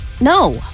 No